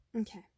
Okay